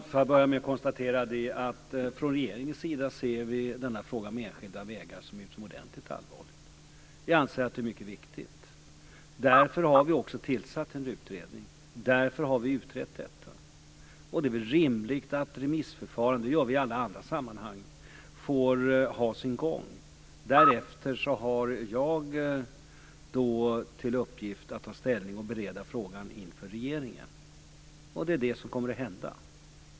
Fru talman! Regeringen anser att frågan om enskilda vägar är utomordentligt allvarlig. Vi anser att den är mycket viktig. Därför har vi också tillsatt en utredning. Därför har vi utrett detta. Det är väl rimligt att remissförfarandet får ha sin gång. Så är det i alla andra sammanhang. Därefter har jag till uppgift att ta ställning och bereda frågan inför regeringen. Det är detta som kommer att hända.